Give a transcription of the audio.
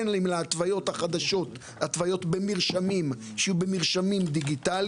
גם בהתוויות החדשות במרשמים דיגיטליים.